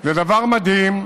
זה דבר מדהים,